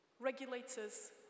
Regulators